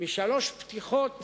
משלוש פתיחות